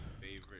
Favorite